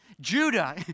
Judah